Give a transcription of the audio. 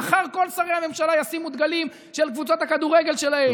מחר כל שרי הממשלה ישימו דגלים של קבוצות הכדורגל שלהם,